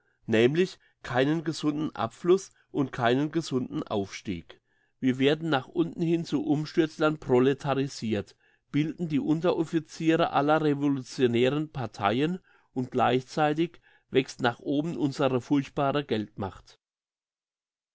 nämlich keinen gesunden abfluss und keinen gesunden aufstieg wir werden nach unten hin zu umstürzlern proletarisirt bilden die unterofficiere aller revolutionären parteien und gleichzeitig wächst nach oben unsere furchtbare geldmacht